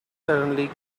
suddenly